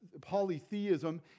polytheism